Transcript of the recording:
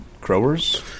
growers